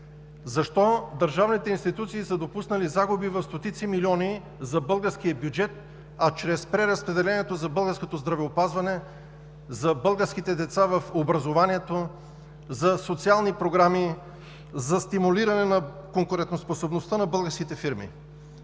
Защо държавните институции са допуснали загуби в стотици милиони за българския бюджет, а чрез преразпределението – за българското здравеопазване, за българските деца в образованието, за социални програми, за стимулиране на конкурентоспособността на българските фирми?